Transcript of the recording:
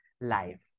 life